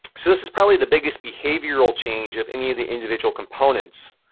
so this this probably the biggest behavioral change of any of the individual components.